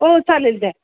हो चालेल द्या